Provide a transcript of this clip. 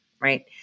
right